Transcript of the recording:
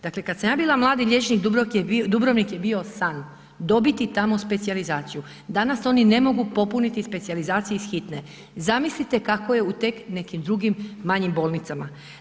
Dakle, kad sam ja bila mladi liječnik Dubrovnik je bio san, dobiti tamo specijalizaciju, danas oni ne mogu popuniti specijalizacije iz hitne, zamislite kako je u tek nekim drugim manjim bolnicama.